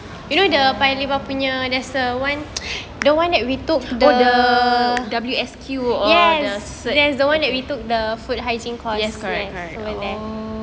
oh oh the W_S_Q or the swag yes correct correct oh